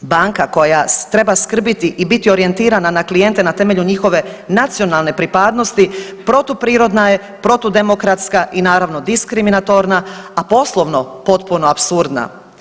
Banka koja treba skrbiti i biti orijentirana na klijente na temelju njihove nacionalne pripadnosti protuprirodna je, protudemokratska i naravno diskriminatorna, a poslovno potpuno apsurdna.